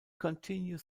continue